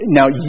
now